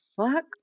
fuck